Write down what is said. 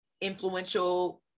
influential